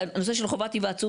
הנושא של חובת היוועצות,